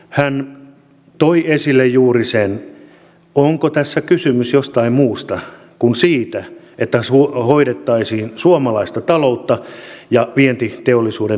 hän toi esille juuri sen onko tässä kysymys jostain muusta kuin siitä että hoidettaisiin suomalaista taloutta ja vientiteollisuuden edellytyksiä